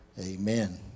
Amen